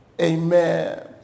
Amen